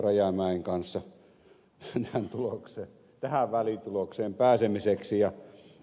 rajamäen kanssa tähän välitulokseen pääsemiseksi